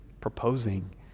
proposing